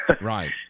right